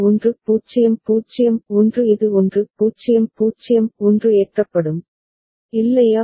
1 0 0 1 இது 1 0 0 1 ஏற்றப்படும் இல்லையா